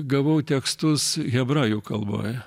gavau tekstus hebrajų kalboj